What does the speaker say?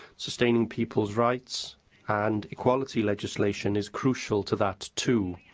sustaining people's rights and equality legislation is crucial to that too.